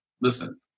Listen